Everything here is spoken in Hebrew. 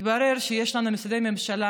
התברר שיש לנו משרדי ממשלה